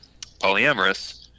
polyamorous